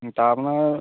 হুম তা আপনার